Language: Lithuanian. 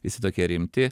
visi tokie rimti